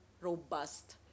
robust